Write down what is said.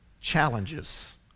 challenges